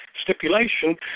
stipulation